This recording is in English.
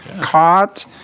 Caught